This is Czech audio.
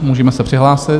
Můžeme se přihlásit.